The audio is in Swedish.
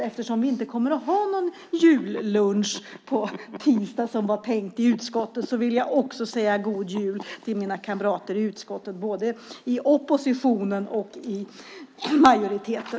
Eftersom vi inte kommer att ha någon jullunch på tisdag som var tänkt i utskottet vill jag också säga god jul till mina kamrater där, både i oppositionen och i majoriteten.